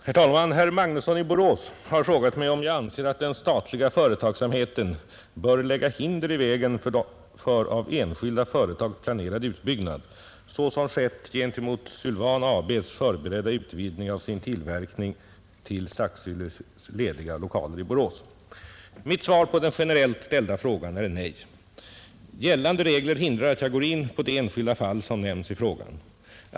Herr talman! Herr Magnusson i Borås har frågat mig om jag anser att den statliga företagsamheten bör lägga hinder i vägen för av enskilda företag planerad utbyggnad, så som skett gentemot Sylvan AB:s förberedda utvidgning av sin tillverkning till Saxylles lediga lokaler i Borås. Mitt svar på den generellt ställda frågan är nej. Gällande regler hindrar att jag går in på det enskilda fall som nämns i frågan.